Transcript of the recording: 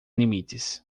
limites